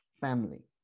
family